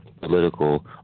political